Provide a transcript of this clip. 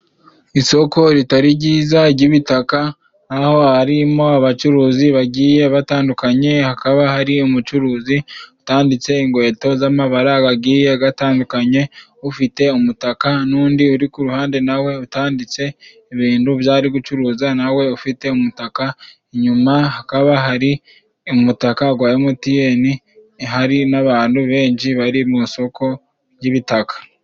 Isoko ritari jyiza jy'ibitaka aho harimo abacuruzi bagiye batandukanye hakaba hari umucuruzi utanditse inkweto z'amabara gagiye agatandukanye ufite umutaka n'undi uri ku ruhande nawe utanditse ibintu byari gucuruza nawe ufite umutaka inyuma hakaba hari umutaka gwa emutiyeni hari n'abantu benji bari mu isoko ry'ibitaka.